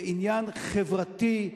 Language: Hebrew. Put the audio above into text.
זה עניין חברתי,